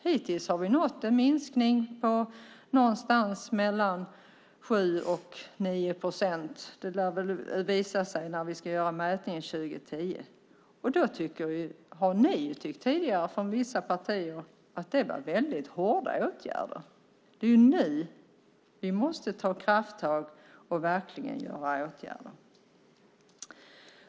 Hittills har vi nått en minskning på 7-9 procent. Det lär väl visa sig när vi ska göra mätningen 2010. Då har vissa partier tyckt att det har varit fråga om hårda åtgärder. Det är nu vi måste ta krafttag och verkligen vidta åtgärder.